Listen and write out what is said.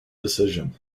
decision